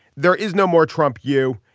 there is no more trump u.